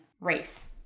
race